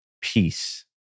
peace